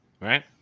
Right